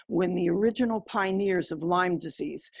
when the original pioneers of lyme disease,